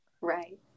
right